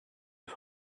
his